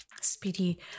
Speedy